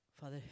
Father